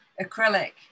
acrylic